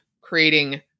creating